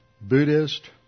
Buddhist